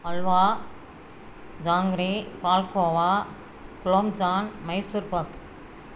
halwa jangiri palkova gulab jamun Mysore pak